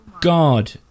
God